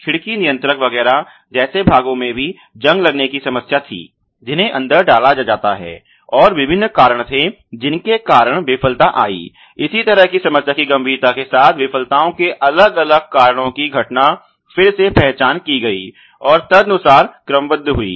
खिड़की नियंत्रक वगैरह जैसे भागों में भी जंग लाग्ने की समस्या थी जिन्हें अंदर डाला जाता है और विभिन्न कारण थे जिनके कारण विफलता आयी इस तरह की समस्या की गंभीरता के साथ साथ विफलताओं के अलग अलग कारणों की घटना फिर से पहचान की गई और तदनुसार क्रमबद्ध हुई